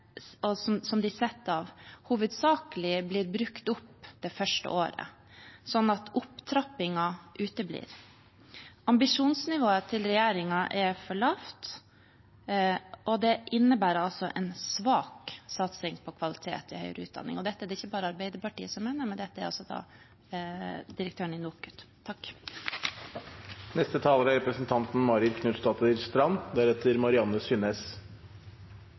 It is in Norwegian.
de setter av, hovedsakelig er blitt brukt opp det første året, sånn at opptrappingen uteblir. Ambisjonsnivået til regjeringen er for lavt, og det innebærer en svak satsing på kvalitet i høyere utdanning. Dette er det ikke bare Arbeiderpartiet som mener, men dette mener direktøren i NOKUT. Til statsrådens flammende innlegg: Det er